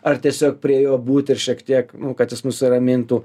ar tiesiog prie jo būt ir šiek tiek nu kad jis nusiramintų